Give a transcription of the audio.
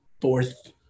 fourth